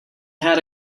had